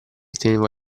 teneva